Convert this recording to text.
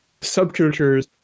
subcultures